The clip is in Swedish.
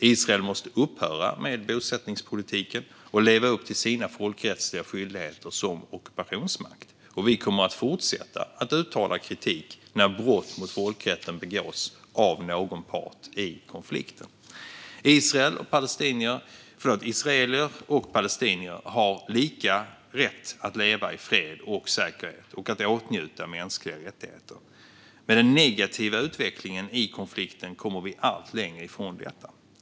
Israel måste upphöra med bosättningspolitiken och leva upp till sina folkrättsliga skyldigheter som ockupationsmakt. Vi kommer att fortsätta att uttala kritik när brott mot folkrätten begås av någon part i konflikten. Israeler och palestinier har lika rätt att leva i fred och säkerhet och att åtnjuta mänskliga rättigheter. Med den negativa utvecklingen i konflikten kommer vi allt längre ifrån detta.